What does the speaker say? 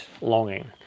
longing